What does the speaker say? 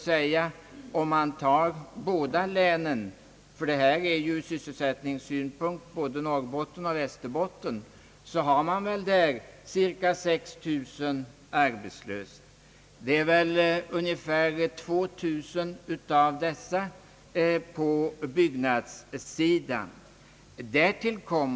I de båda länen — ty sysselsättningsproblemet omfattar både Norrbotten och Västerbotten — är cirka 6 000 personer arbetslösa, därav ungefär 2 000 byggnadsarbetare.